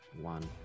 One